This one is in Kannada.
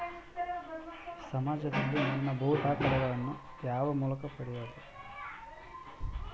ಸಮಾಜದಲ್ಲಿ ನನ್ನ ಭೂ ದಾಖಲೆಗಳನ್ನು ಯಾವ ಮೂಲಕ ಪಡೆಯಬೇಕು?